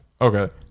Okay